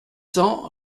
cents